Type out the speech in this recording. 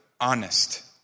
honest